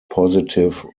positive